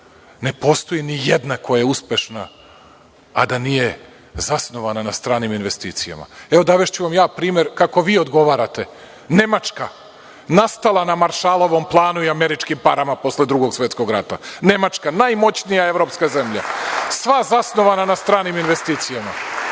Ne postoji ni jedna koja je uspešna, a da nije zasnovana na stranim investicijama. Evo, navešću vam ja primer kako vi odgovarate. Nemačka, nastala na maršalovom planu i američkim parama posle Drugog svetskog rata. Nemačka, najmoćnija evropska zemlja, sva zasnovana na stranim investicijama,